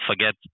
forget